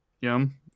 Yum